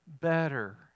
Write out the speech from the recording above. better